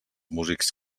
músics